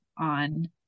on